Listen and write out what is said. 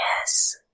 yes